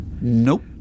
Nope